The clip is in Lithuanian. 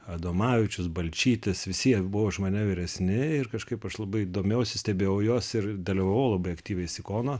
adomavičius balčytis visi buvo už mane vyresni ir kažkaip aš labai domėjausi stebėjau juos ir dalyvavau labai aktyviai sikono